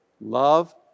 love